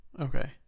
Okay